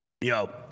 Yo